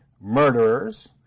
murderers